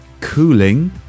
cooling